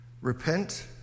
Repent